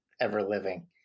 ever-living